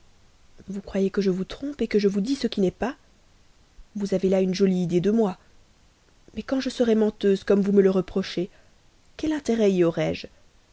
vous croyez que je vous trompe que je vous dis ce qui n'est pas vous avez là une jolie idée de moi mais quand je serais menteuse comme vous me le reprochez quel intérêt y aurais-je